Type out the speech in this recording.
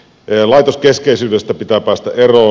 laitoskeskeisyydestä pitää päästä eroon